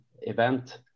event